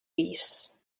beasts